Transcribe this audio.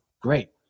great